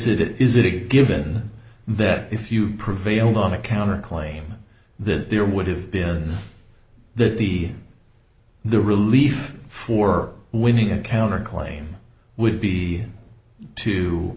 it is it a given that if you prevailed on a counter claim that there would have been that the the relief for winning a counterclaim would be